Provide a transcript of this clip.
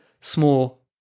small